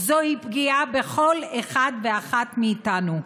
פגיעה בבית המשפט העליון היא פגיעה בכל אחד ואחת מאיתנו.